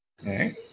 Okay